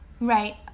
right